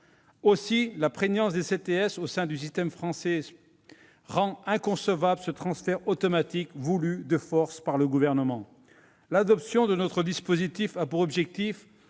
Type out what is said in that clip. Aussi, la prégnance des CTS au sein du système sportif français rend inconcevable ce transfert automatique, voulu de force par le Gouvernement. L'adoption de notre dispositif a pour objectif,